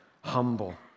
Humble